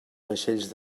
vaixells